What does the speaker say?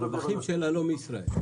הרווחים שלה לא מישראל.